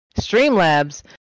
Streamlabs